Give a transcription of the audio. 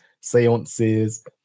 seances